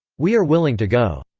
we are willing to go.